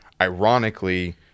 ironically